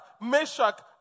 Meshach